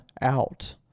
out